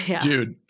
Dude